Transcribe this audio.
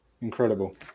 incredible